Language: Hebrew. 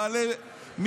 הם אנשים בעלי,